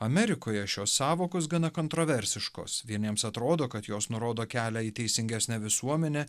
amerikoje šios sąvokos gana kontraversiškos vieniems atrodo kad jos nurodo kelią į teisingesnę visuomenę